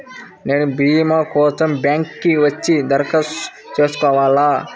నేను భీమా కోసం బ్యాంక్కి వచ్చి దరఖాస్తు చేసుకోవాలా?